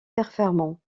performant